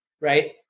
right